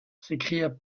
s’écria